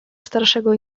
starszego